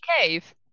cave